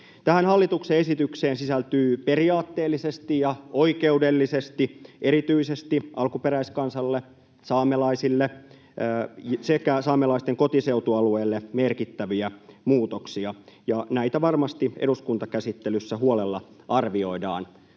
Tähän hallituksen esitykseen sisältyy periaatteellisesti ja oikeudellisesti erityisesti alkuperäiskansalle, saamelaisille, sekä saamelaisten kotiseutualueelle merkittäviä muutoksia, ja näitä varmasti eduskuntakäsittelyssä huolella arvioidaan.